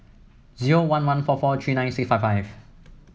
zero one one four four three nine six five five